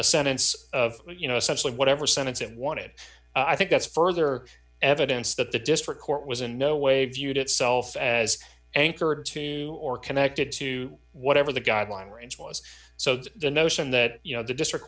sentence of you know essentially whatever sentence it wanted i think that's further evidence that the district court was in no way viewed itself as anchored to or connected to whatever the guideline range was so the notion that you know the district